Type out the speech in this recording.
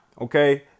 okay